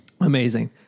Amazing